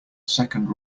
second